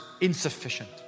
insufficient